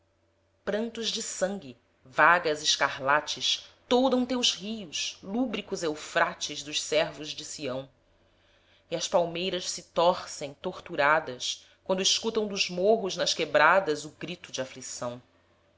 prantos de sangue vagas escarlates toldam teus rios lúbricos eufrates dos servos de sião e as palmeiras se torcem torturadas quando escutam dos morros nas quebradas o grito de aflição